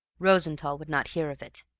rosenthall would not hear of it.